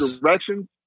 direction